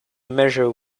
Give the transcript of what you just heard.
measure